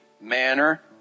manner